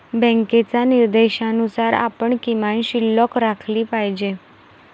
बँकेच्या निर्देशानुसार आपण किमान शिल्लक राखली पाहिजे